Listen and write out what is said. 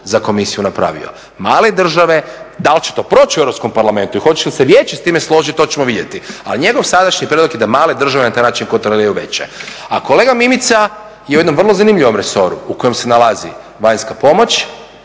za komisiju napravio. Male države, da li će to proći u Europskom parlamentu i hoće li se vijeće s time složiti to ćemo vidjeti ali njegov sadašnji prijedlog je da male države na taj način kontroliraju veće. A kolega Mimica je u jednom vrlo zanimljivom resoru u kojem se nalazi vanjska pomoć,